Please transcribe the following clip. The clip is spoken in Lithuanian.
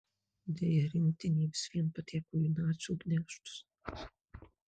deja rinktinė vis vien pateko į nacių gniaužtus